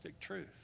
truth